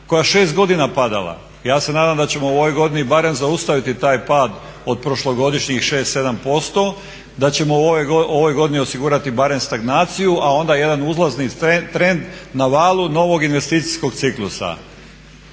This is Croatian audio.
koja je 6 godina padala. Ja se nadam da ćemo u ovoj godini barem zaustaviti taj pad od prošlogodišnjih 6, 7%, da ćemo u ovoj godini osigurati barem stagnaciju, a onda jedan uzlazni trend na valu novog investicijskog ciklusa.